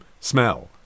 smell